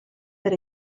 per